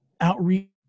outreach